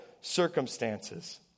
circumstances